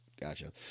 gotcha